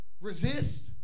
Resist